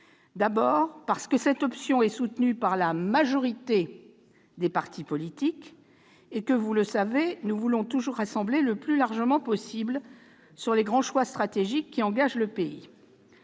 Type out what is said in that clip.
d'abord, cette solution est soutenue par la majorité des partis politiques. Or, vous le savez, nous voulons toujours rassembler le plus largement possible face aux grands choix stratégiques qui engagent le pays.